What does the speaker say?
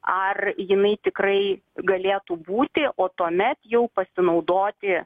ar jinai tikrai galėtų būti o tuomet jau pasinaudoti